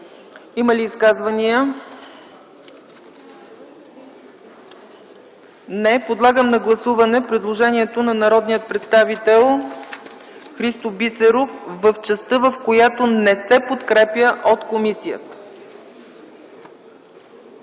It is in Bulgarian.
Има ли изказвания? Не. Подлагам на гласуване предложението на народния представител Христо Бисеров в частта, в която не се подкрепя от комисията.